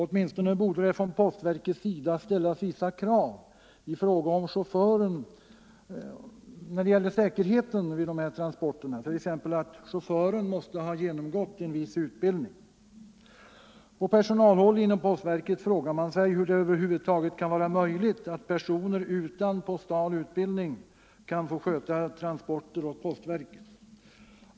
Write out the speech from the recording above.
Åtminstone borde det från postverkets sida ställas vissa krav i fråga om säkerheten vid dessa transporter, t.ex. att chauffören måste ha genomgått en viss utbildning. På personalhåll inom postverket frågar man sig hur det över huvud taget kan vara möjligt att personer utan postal utbildning kan få sköta transporter åt postverket.